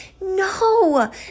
no